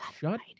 Shut